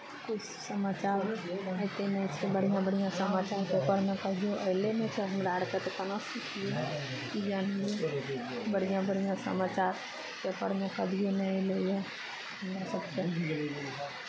किछु समाचार अयतै नहि छै बढ़िआँ बढ़िआँ समाचार पेपरमे कभियो अयले नहि छै हमरा अरके तऽ कोनो ज्ञान नहि बढ़िआँ बढ़िआँ समाचार पेपरमे कभियो नहि एलैए हमरा सभके